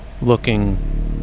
looking